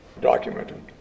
documented